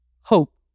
hope